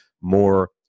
more